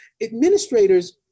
Administrators